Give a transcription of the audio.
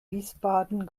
wiesbaden